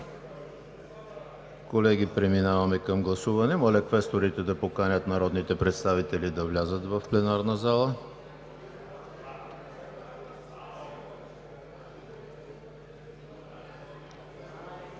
Колеги, преминаваме към гласуване. Моля, квесторите да поканят народните представители да влязат в пленарната зала.